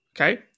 Okay